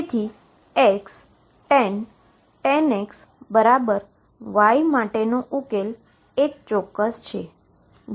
તેથી Xtan X Y માટેનો ઉકેલ એક ચોક્કસ છે